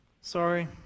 Sorry